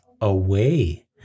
away